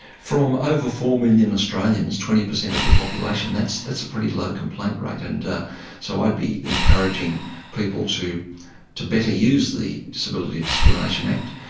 from over four million australians, twenty percent of the population, that's that's a pretty low complaint rate. and so i'd be encouraging people to to better use the disability discrimination act,